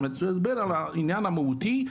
אלא אני מדבר על העניין המהותי,